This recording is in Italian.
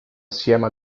assieme